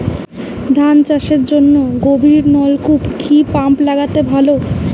ধান চাষের জন্য গভিরনলকুপ কি পাম্প লাগালে ভালো?